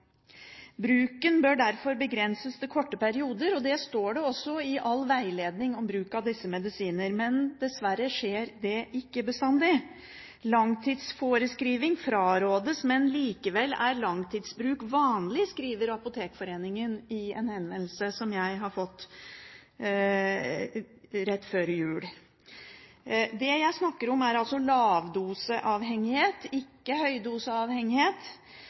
Bruken bør derfor begrenses til korte perioder. Det står det også i all veiledning om bruk av disse medisiner, men dessverre skjer det ikke bestandig. Langtidsforskrivning frarådes, men likevel er langtidsbruk vanlig, skrev Apotekforeningen i en henvendelse som jeg fikk rett før jul. Det jeg snakker om, er altså lavdoseavhengighet, ikke høydoseavhengighet,